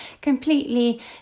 completely